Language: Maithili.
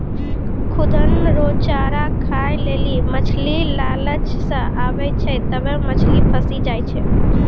खुद्दन रो चारा खाय लेली मछली लालच से आबै छै तबै मछली फंसी जाय छै